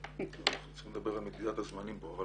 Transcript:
צריך לדבר על מדידת הזמנים פה.